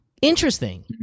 Interesting